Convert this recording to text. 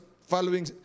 following